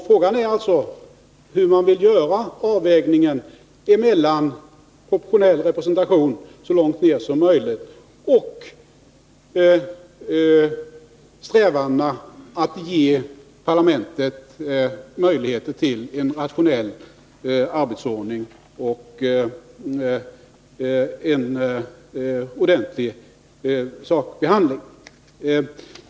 Frågan är hur man vill göra avvägningen mellan å ena sidan proportionell representation så långt ner som möjligt och å andra sidan strävandena att ge parlamentet en rationell arbetsordning och möjligheter till en ordentlig sakbehandling.